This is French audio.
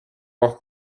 leurs